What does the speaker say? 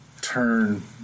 turn